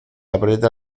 aprieta